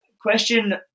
Question